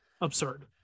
absurd